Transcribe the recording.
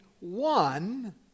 one